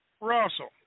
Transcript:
Russell